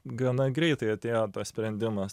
gana greitai atėjo tas sprendimas